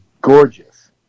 gorgeous